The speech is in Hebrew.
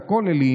לכוללים,